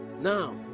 now